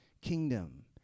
kingdom